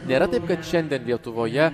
nėra taip kad šiandien lietuvoje